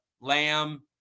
Lamb